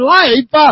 life